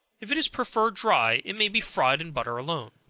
if it is preferred dry, it may be fried in butter alone.